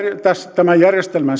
tämän järjestelmän